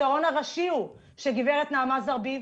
הפתרון הראשי הוא שגברת נעמה זרביב